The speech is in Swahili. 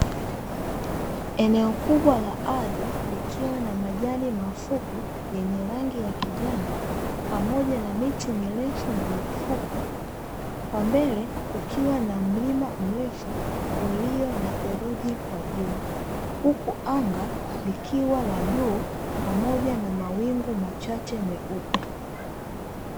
Eneo kubwa la ardhi, likiwa na majani mafupi yenye rangi ya kijani, pamoja na miti mirefu na mifupi; kwa mbele kukiwa na mlima mrefu ulio na theluji kwa juu, huku anga likiwa la bluu pamoja na mawingu machache meupe.